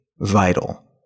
vital